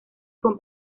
con